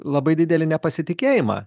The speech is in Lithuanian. labai didelį nepasitikėjimą